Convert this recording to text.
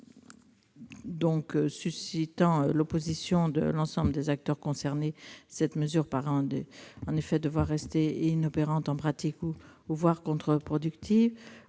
». Suscitant l'opposition de l'ensemble des acteurs concernés, cette mesure paraît en effet devoir rester inopérante en pratique, voire contre-productive.